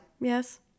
yes